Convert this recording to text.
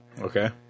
Okay